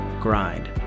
grind